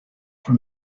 for